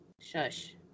Shush